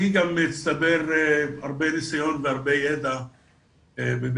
גם הצטבר הרבה ניסיון והרבה ידע ב"בטרם".